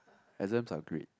exams are great